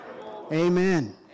amen